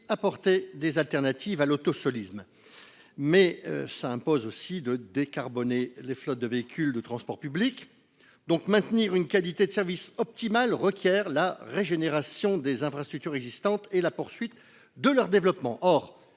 de substitution à l’autosolisme, mais impose aussi de décarboner les flottes de véhicules de transport public. Maintenir une qualité de service optimale requiert la régénération des infrastructures existantes et la poursuite de leur développement.